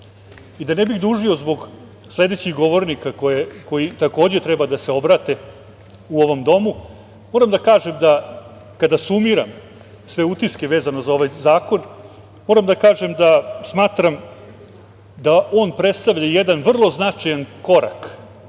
ne bih dužio zbog sledećih govornika koji treba da se obrate u ovom domu moram da kažem da kada sumiram sve utiske vezano za ovaj zakon, moram da kažem da smatram da on predstavlja jedan vrlo značajan korak